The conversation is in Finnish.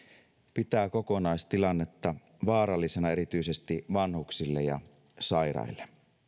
pitää kokonaistilannetta vaarallisena erityisesti vanhuksille ja sairaille